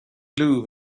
blew